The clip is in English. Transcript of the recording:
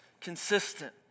consistent